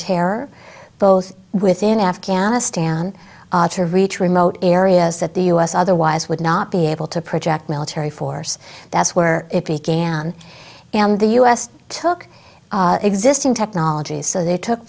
terror both within afghanistan to reach remote areas that the u s otherwise would not be able to project military force that's where it began and the u s took existing technologies so they took